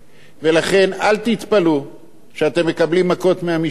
ולכן אל תתפלאו שאתם מקבלים מכות מהמשטרה,